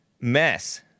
mess